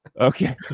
okay